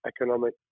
economic